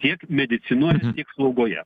tiek medicinoj tiek slaugoje